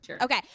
Okay